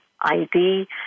ID